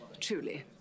truly